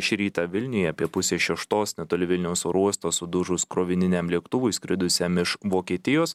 šį rytą vilniuje apie pusę šeštos netoli vilniaus oro uosto sudužus krovininiam lėktuvui skridusiam iš vokietijos